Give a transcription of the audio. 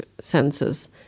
senses